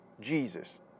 Jesus